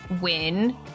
win